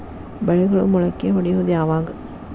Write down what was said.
ಬೆಳೆಗಳು ಮೊಳಕೆ ಒಡಿಯೋದ್ ಯಾವಾಗ್?